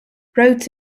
roads